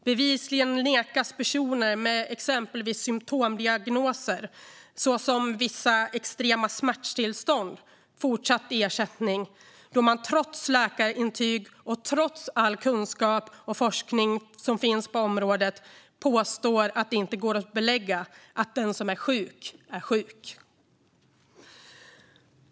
Bevisligen nekas personer med exempelvis symtomdiagnoser, såsom vissa extrema smärttillstånd, fortsatt ersättning då man trots läkarintyg och trots all kunskap och forskning som finns på området påstår att det inte går att belägga att den som är sjuk verkligen är sjuk.